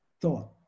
thought